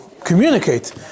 communicate